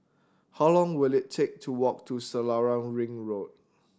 how long will it take to walk to Selarang Ring Road